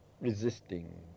resisting